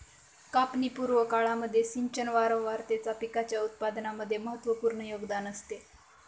कापणी पूर्व काळामध्ये सिंचन वारंवारतेचा पिकाच्या उत्पादनामध्ये महत्त्वपूर्ण योगदान असते